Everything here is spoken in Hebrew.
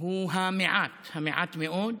הוא המעט, המעט מאוד,